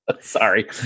Sorry